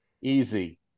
Easy